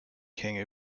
king